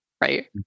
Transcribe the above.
right